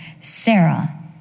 Sarah